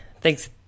Thanks